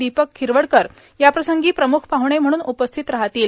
दिपक खिरवडकर याप्रसंगी प्रमुख पाहुणे म्हणून उपस्थित राहतील